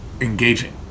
engaging